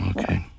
Okay